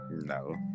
no